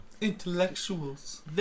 Intellectuals